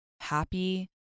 happy